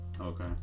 Okay